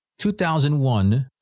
2001